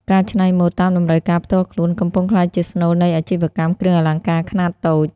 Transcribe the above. ការច្នៃម៉ូដតាមតម្រូវការផ្ទាល់ខ្លួន កំពុងក្លាយជាស្នូលនៃអាជីវកម្មគ្រឿងអលង្ការខ្នាតតូច។